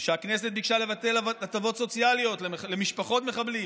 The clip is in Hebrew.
כשהכנסת ביקשה לבטל הטבות סוציאליות למשפחות מחבלים,